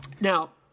Now